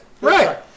Right